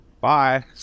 Bye